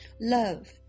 Love